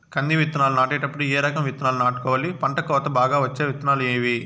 కంది విత్తనాలు నాటేటప్పుడు ఏ రకం విత్తనాలు నాటుకోవాలి, పంట కోత బాగా వచ్చే విత్తనాలు ఏవీ?